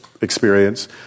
experience